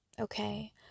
Okay